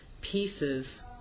pieces